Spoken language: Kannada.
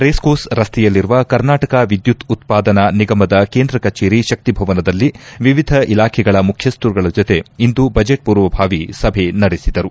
ರೇಸ್ಕೋರ್ಸ್ ರಸ್ತೆಯಲ್ಲಿರುವ ಕರ್ನಾಟಕ ವಿದ್ಯುತ್ ಉತ್ಪಾದನಾ ನಿಗಮದ ಕೇಂದ್ರ ಕಚೇರಿ ಶಕ್ತಿ ಭವನದಲ್ಲಿ ವಿವಿಧ ಇಲಾಖೆಗಳ ಮುಖ್ಯಸ್ಥರುಗಳ ಜತೆ ಇಂದು ಬಜೆಟ್ ಪೂರ್ವಭಾವಿ ಸಭೆ ನಡೆಸಿದರು